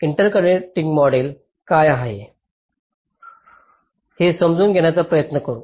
interconnecting model काय आहे ते समजून घेण्याचा प्रयत्न करू